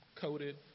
coated